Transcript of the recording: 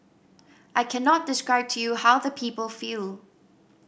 I cannot describe to you how the people feel